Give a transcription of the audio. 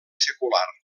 secular